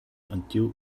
until